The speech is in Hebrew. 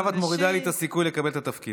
עכשיו את מורידה לי את הסיכוי לקבל את התפקיד.